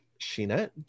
Sheena